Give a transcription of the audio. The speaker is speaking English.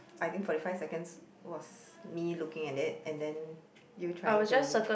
I think forty five seconds was me looking at it and then you trying to